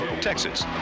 Texas